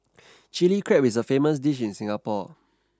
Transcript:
chilli crab is a famous dish in Singapore